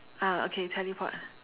ah okay teleport